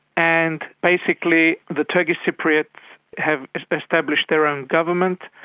and basically the turkish cypriots have established their own government.